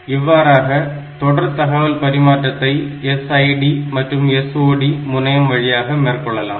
இவ்வாறாக தொடர் தகவல் பரிமாற்றத்தை SID மற்றும் SOD முனையம் வழியாக மேற்கொள்ளலாம்